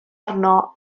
arno